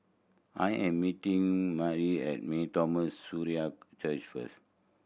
I am meeting Mari at Mar Thoma Syrian Church first